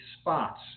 spots